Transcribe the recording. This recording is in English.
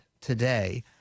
today